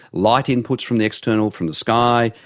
light inputs from the external, from the sky,